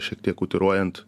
šiek tiek utiruojant